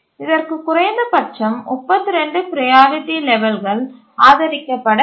இதற்கு குறைந்தபட்சம் 32 ப்ரையாரிட்டி லெவல்கள் ஆதரிக்கப்பட வேண்டும்